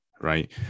right